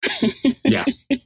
Yes